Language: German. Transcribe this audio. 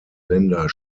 länder